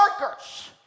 workers